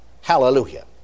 Hallelujah